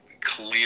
clear